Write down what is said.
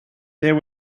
there